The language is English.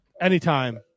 anytime